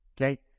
Okay